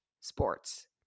sports